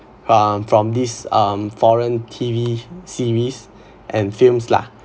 um from this um foreign T_V series and films lah